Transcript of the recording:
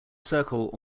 circle